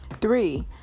Three